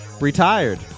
Retired